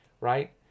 right